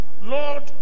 Lord